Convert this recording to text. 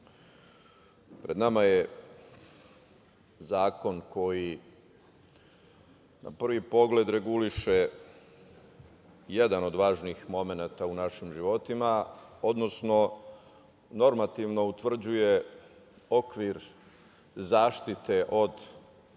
pred nama je zakon koji na prvi pogled reguliše jedan od važnih momenata u našim životima, odnosno normativno utvrđuje okvir zaštite od preterane